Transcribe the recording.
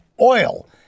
oil